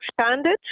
expanded